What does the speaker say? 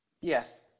Yes